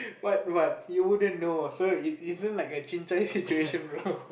but but you wouldn't know so it isn't like a chin-cai situation bro